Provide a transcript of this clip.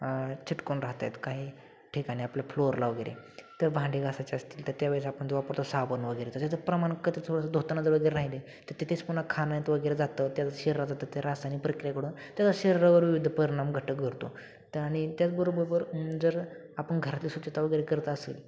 चिकटून राहत आहेत काही ठिकाणी आपल्या फ्लोअरला वगैरे तर भांडी घासायचे असतील तर त्यावेळेस आपण जो वापरतो साबण वगैरे तसेच प्रमाण कसं धुताना जर वगैरे राहिले तर तिथेच पुन्हा खाण्यात वगैरे जातं त्याचं शरीरात जातं ते रासायिक प्रक्रिया घडून त्याचा शरीरावर विविध परिणाम घटक करतो आणि त्याचबरोबर जर आपण घरातील स्वच्छता वगैरे करत असेल